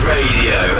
Radio